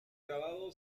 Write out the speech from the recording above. grabado